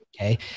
Okay